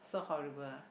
so horrible ah